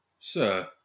Sir